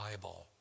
Bible